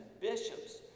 bishops